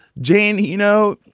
jane, you know,